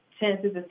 Chances